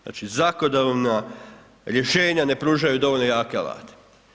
Znači zakonodavna rješenja ne pružaju dovoljno jake alate.